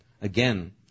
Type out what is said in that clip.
Again